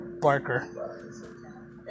Barker